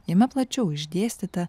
jame plačiau išdėstyta